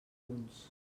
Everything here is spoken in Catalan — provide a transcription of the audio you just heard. punts